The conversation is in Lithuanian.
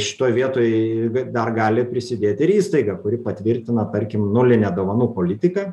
šitoj vietoj dar gali prisidėti ir įstaiga kuri patvirtina tarkim nulinę dovanų politiką